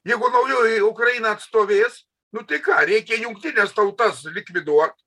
jeigu naujoji ukraina atstovės nu tai ką reikia jungtines tautas likviduot